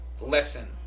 lesson